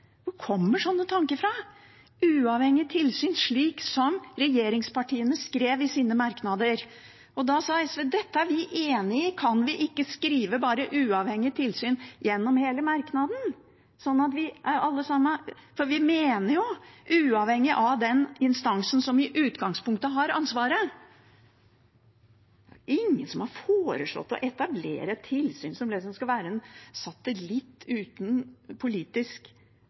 Hvor kommer slike tanker fra? Til uavhengig tilsyn, slik regjeringspartiene skrev i sine merknader, sa SV at dette er vi enig i, kan vi ikke bare skrive «uavhengig tilsyn» gjennom hele merknaden, for vi mener jo uavhengig av den instansen som i utgangspunktet har ansvaret. Det er ingen som har foreslått å etablere tilsyn som liksom skal være en satellitt uten politisk